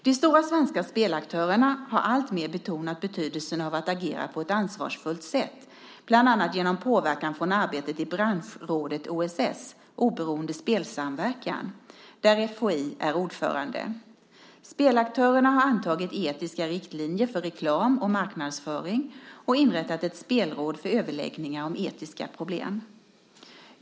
De stora svenska spelaktörerna har alltmer betonat betydelsen av att agera på ett ansvarsfullt sätt, bland annat genom påverkan från arbetet i branschrådet OSS, Oberoende spelsamverkan, där FHI är ordförande. Spelaktörerna har antagit etiska riktlinjer för reklam och marknadsföring och har inrättat ett spelråd för överläggningar om etiska problem.